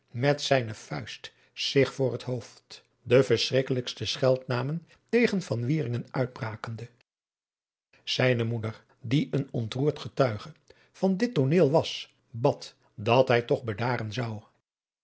met zijne vuist zich voor het hoofd de verschrikkelijkste scheldnamen tegen van wieringen uitbrakende zijne moeder die een ontroerd getuige van dit tooneel was bad dat hij toch bedaren zou